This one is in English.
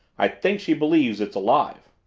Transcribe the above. i think she believes it's alive.